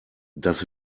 das